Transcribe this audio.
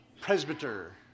Presbyter